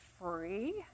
Free